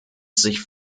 sich